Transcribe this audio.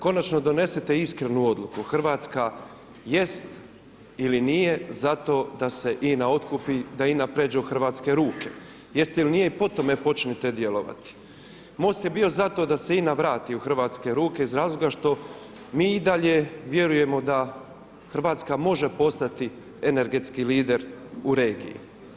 Konačno donesete iskrenu odluku, Hrvatska jest ili nije za to da se INA otkupi, da INA pređe u hrvatske ruke. … i po tome počnite djelovat i. Most je bio za to da se INA vrati u hrvatske ruke, iz razloga što mi i dalje, vjerujemo da Hrvatska može postati energetski lider u regiji.